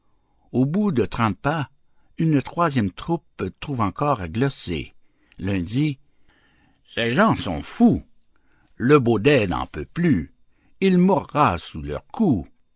au bout de trente pas une troisième troupe trouve encore à gloser l'un dit ces gens sont fous le baudet n'en peut plus il mourra sous leurs coups